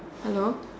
hello